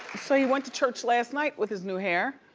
so he went to church last night with his new hair.